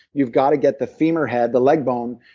you've got to get the femur head, the leg bone,